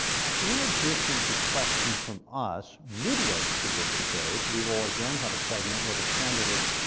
now, in addition to questions from us, midway through this debate, we will again have a segment where the candidates,